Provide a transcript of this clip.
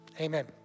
Amen